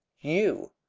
you!